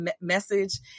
message